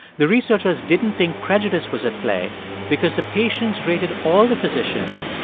the researchers didn't think prejudice was at play because the patients rated all the physicians,